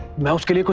mushkan.